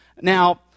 Now